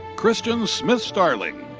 christian smith-starling.